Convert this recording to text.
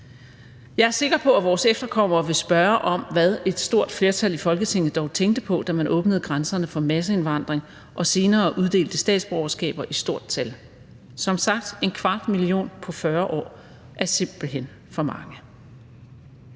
Jeg er sikker på, at vores efterkommere vil spørge om, hvad et stort flertal i Folketinget dog tænkte på, da man åbnede grænserne for masseindvandring og senere uddelte statsborgerskaber i stort tal – som sagt er en kvart million på 40 år simpelt hen for mange.